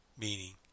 meaning